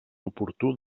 oportú